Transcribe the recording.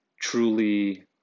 truly